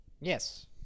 Yes